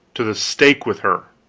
to the stake with her!